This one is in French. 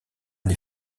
les